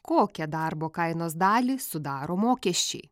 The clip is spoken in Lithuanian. kokią darbo kainos dalį sudaro mokesčiai